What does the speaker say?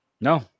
No